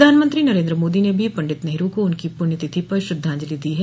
प्रधानमंत्री नरेन्द्र मोदी ने भी पंडित नेहरू को उनकी पुण्यतिथि पर श्रद्धांजलि दी है